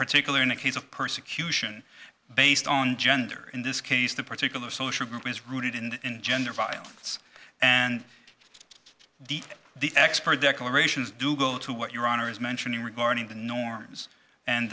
particular in a case of persecution based on gender in this case the particular social group is rooted in gender violence and the the expert declarations do go to what your honor is mentioning regarding the norms and